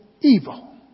evil